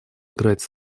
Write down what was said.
играть